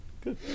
good